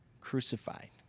crucified